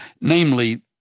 namely